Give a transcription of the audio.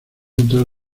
entrar